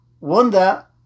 Wanda